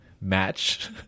match